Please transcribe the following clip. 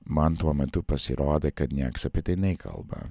man tuo metu pasirodė kad nieks apie tai nekalba